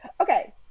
Okay